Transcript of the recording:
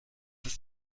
ist